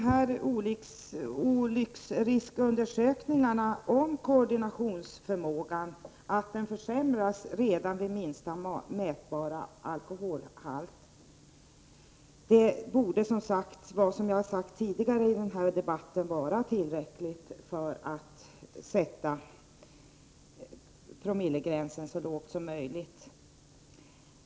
De olycksriskundersökningar som gjorts och som visar att koordinationsförmågan försämras redan vid minsta mätbara alkoholhalt borde, som jag har sagt tidigare i debatten, vara tillräckligt för att sätta promillegränsen så lågt som möjligt.